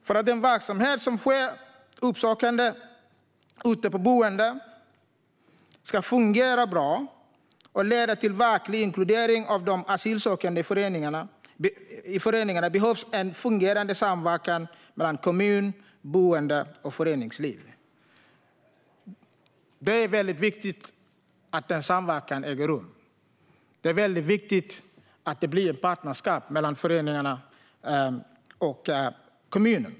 För att den verksamhet som sker uppsökande ute på boendena ska fungera bra och leda till verklig inkludering av de asylsökande i föreningarna behövs en fungerande samverkan mellan kommun, boenden och föreningsliv. Det är väldigt viktigt att denna samverkan äger rum och att det blir ett partnerskap mellan föreningarna och kommunen.